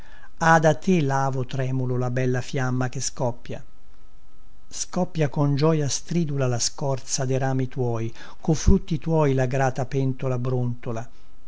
tremulo la bella fiamma che scoppia scoppia con gioia stridula la scorza de rami tuoi co frutti tuoi la grata pentola brontola